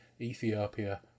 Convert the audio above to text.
Ethiopia